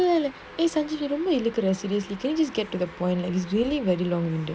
நீசெஞ்சதரொம்பஇழுக்குற:nee senjatha romba ilukura can you just get to the point it's really very long winded